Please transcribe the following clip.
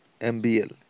MBL